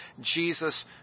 Jesus